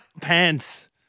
pants